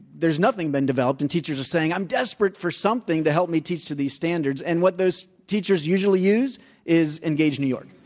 there's nothing been developed, and teachers are saying, i'm desperate for something to help me teach to these standards. and what those teachers usually use is engage new york.